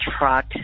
truck